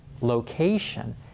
location